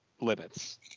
limits